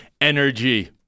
energy